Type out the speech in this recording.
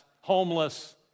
homeless